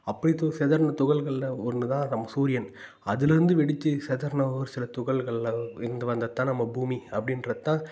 அப்படி து சிதறுன துகள்களில் ஒன்று தான் நம்ம சூரியன் அதிலேருந்து வெடித்து சிதறுன ஒரு சில துகள்கள் அதாது இருந்து வந்தது தான் நம்ம பூமி அப்படின்றத்தான்